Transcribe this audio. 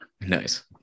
Nice